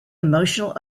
emotional